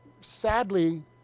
sadly